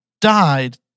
died